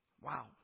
Wow